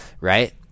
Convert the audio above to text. right